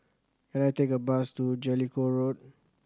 can I take a bus to Jellicoe Road